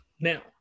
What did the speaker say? now